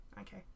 Okay